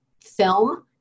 film